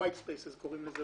ה- white spacesקוראים לזה